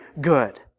good